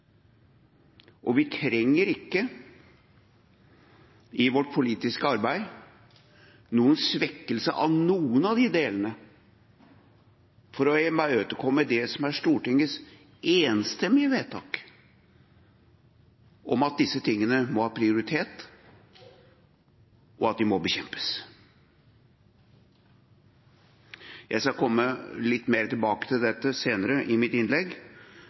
og vi trenger ikke i vårt politiske arbeid noen svekkelse av noen av de delene for å imøtekomme det som er Stortingets enstemmige vedtak om at disse tingene må ha prioritet, og at de må bekjempes. Jeg skal komme litt mer tilbake til dette senere i mitt innlegg,